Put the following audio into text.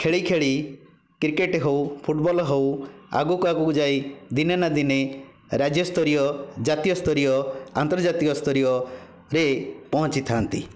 ଖେଳି ଖେଳି କ୍ରିକେଟ୍ ହେଉ ଫୁଟବଲ୍ ହେଉ ଆଗକୁ ଆଗକୁ ଯାଇ ଦିନେ ନା ଦିନେ ରାଜ୍ୟ ସ୍ତରୀୟ ଜାତୀୟ ସ୍ତରୀୟ ଆନ୍ତର୍ଜାତୀୟ ସ୍ତରୀୟରେ ପହଞ୍ଚିଥାନ୍ତି